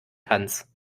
tanz